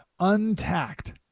Untacked